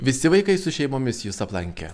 visi vaikai su šeimomis jus aplankė